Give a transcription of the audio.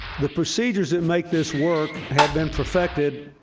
the procedures that make this work have been perfected,